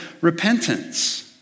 repentance